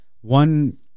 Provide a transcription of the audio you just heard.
One